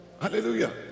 Hallelujah